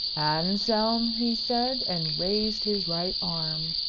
anselm, he said, and raised his right arm,